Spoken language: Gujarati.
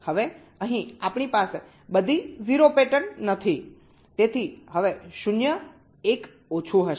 હવે અહીં આપણી પાસે બધી 0 પેટર્ન નથી તેથી હવે શૂન્ય 1 ઓછું હશે